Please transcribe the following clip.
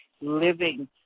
living